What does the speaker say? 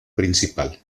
principal